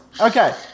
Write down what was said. Okay